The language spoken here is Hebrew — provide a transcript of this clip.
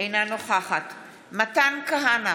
אינה נוכחת מתן כהנא,